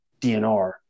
DNR